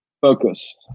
Focus